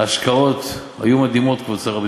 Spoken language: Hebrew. ההשקעות היו מדהימות, כבוד שר הביטחון.